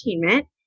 entertainment